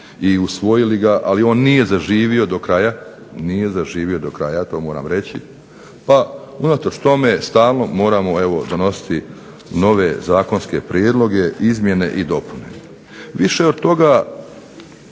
i usvojili ga, ali on nije zaživio do kraja to moram reći, pa unatoč tome stalno moramo evo donositi nove zakonske prijedloge, izmjene i dopune. Više od toga